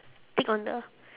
tick on the